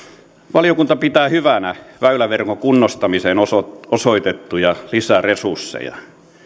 valiokunta pitää hyvänä väyläverkon kunnostamiseen osoitettuja lisäresursseja